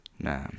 Nah